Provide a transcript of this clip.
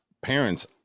parents